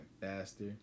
faster